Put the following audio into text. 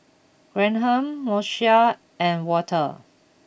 Graham Moesha and Walter